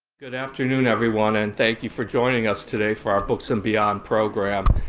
good afternoon, everyone. and thank you for joining us today for our books and beyond program.